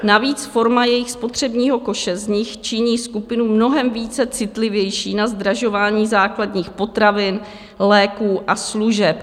Navíc forma jejich spotřebního koše z nich činí skupinu mnohem citlivější na zdražování základních potravin, léků a služeb.